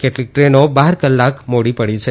કેટલીક ટ્રેનો બાર કલાક મોડી પડી છે